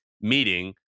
meeting